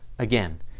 Again